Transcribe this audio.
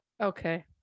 okay